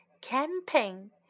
Camping